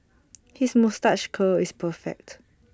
his moustache curl is perfect